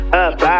up